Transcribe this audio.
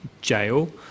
jail